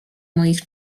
moich